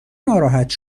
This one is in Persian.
ناراحت